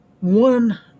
One